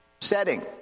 setting